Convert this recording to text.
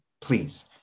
please